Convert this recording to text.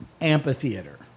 amphitheater